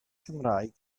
cymraeg